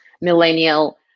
millennial